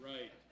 Right